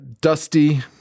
dusty